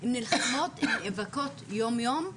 נלחמות ונאבקות יום יום,